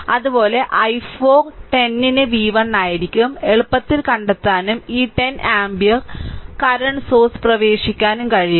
അതുപോലെ i4 10 ന് v1 ആയിരിക്കും എളുപ്പത്തിൽ കണ്ടെത്താനും ഈ 10 ആമ്പിയർ നിലവിലെ ഉറവിടം പ്രവേശിക്കാനും കഴിയും